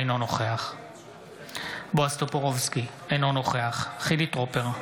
אינו נוכח בועז טופורובסקי, אינו נוכח חילי טרופר,